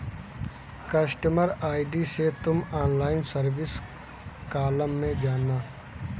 customer ID से तुम online service column में जाना